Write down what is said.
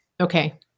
Okay